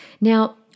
Now